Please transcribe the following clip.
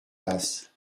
basse